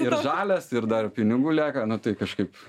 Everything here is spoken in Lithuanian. ir žalias ir dar pinigų lieka nu tai kažkaip